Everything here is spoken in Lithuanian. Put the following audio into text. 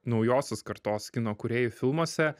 naujosios kartos kino kūrėjų filmuose